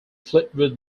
fleetwood